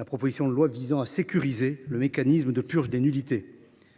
la proposition de loi visant à sécuriser le mécanisme de purge des nullités.